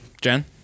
Jen